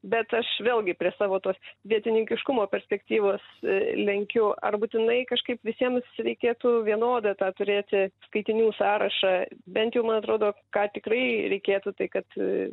bet aš vėlgi prie savo tos vietininkiškumo perspektyvos lenkiu ar būtinai kažkaip visiems reikėtų vienodą tą turėti skaitinių sąrašą bent jau man atrodo ką tikrai reikėtų tai kad